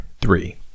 three